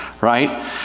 right